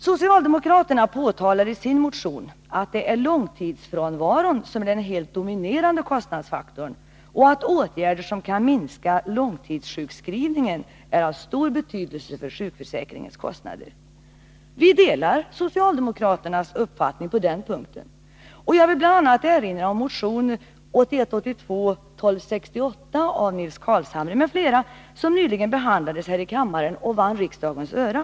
Socialdemokraterna skriver i sin motion att det är långtidsfrånvaron som är den helt dominerande kostnadsfaktorn och att åtgärder som kan minska långtidssjukskrivning är av stor betydelse för sjukförsäkringens kostnader. Vi delar socialdemokraternas uppfattning på den punkten. Jag vill bl.a. erinra om motion 1981/82:1268 av Nils Carlshamre m.fl., som nyligen behandlades här i kammaren och vann riksdagens öra.